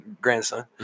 grandson